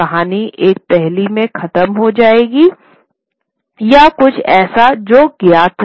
कहानी एक पहेली में खत्म हो जाएगी यह कुछ ऐसा है जो ज्ञात है